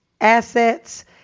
assets